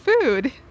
food